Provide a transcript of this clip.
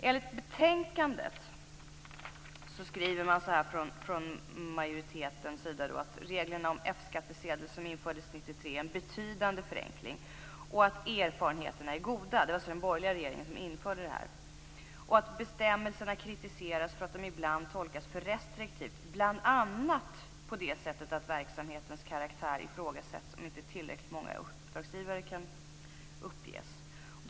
F-skattsedel, som infördes 1993, innebär en betydande förenkling och att erfarenheterna är goda. Det var alltså den borgerliga regeringen som införde reglerna. Man skriver också att bestämmelserna kritiseras för att de ibland tolkas för restriktivt, bl.a. på det sättet att verksamhetens karaktär ifrågasätts om inte tillräckligt många uppdragsgivare kan uppges.